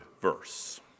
verse